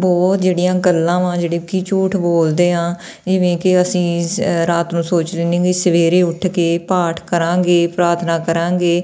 ਬਹੁਤ ਜਿਹੜੀਆਂ ਗੱਲਾਂ ਵਾ ਜਿਹੜੇ ਕਿ ਝੂਠ ਬੋਲਦੇ ਹਾਂ ਜਿਵੇਂ ਕਿ ਅਸੀਂ ਰਾਤ ਨੂੰ ਸੋਚ ਲੈਂਦੇ ਹਾਂ ਸਵੇਰੇ ਉੱਠ ਕੇ ਪਾਠ ਕਰਾਂਗੇ ਪ੍ਰਾਰਥਨਾ ਕਰਾਂਗੇ